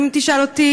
אם תשאל אותי,